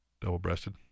Double-breasted